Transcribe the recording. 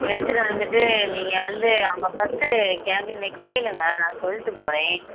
எடுத்துகிட்டு வந்துவிட்டு நீங்கள் வந்து அங்கே ஃபர்ஸ்ட்டு கேபினில் கேளுங்கள் நான் சொல்லிட்டு போகறேன்